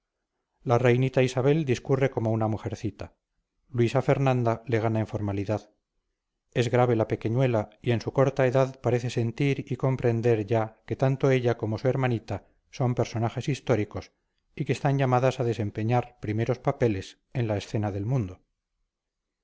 la reinita isabel discurre como una mujercita luisa fernanda le gana en formalidad es grave la pequeñuela y en su corta edad parece sentir y comprender ya que tanto ella como su hermanita son personajes históricos y que están llamadas a desempeñar primeros papeles en la escena del mundo